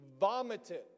vomited